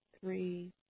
three